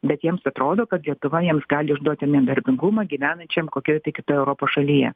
bet jiems atrodo kad lietuva jiems gali išduoti nedarbingumą gyvenančiam kokioj tai kitoj europos šalyje